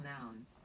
noun